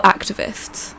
Activists